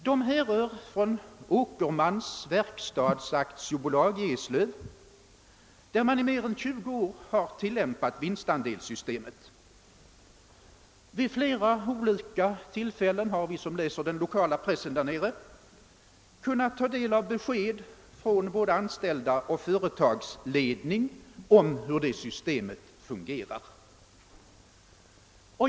De härrör från Åkermans verkstads AB i Eslöv, där man i mer än 20 år har tilllämpat vinstandelssystemet. Vid flera olika tillfällen har vi som läser den lokala pressen där nere kunnat ta del av besked från både anställda och företagsledning om hur systemet fungerar.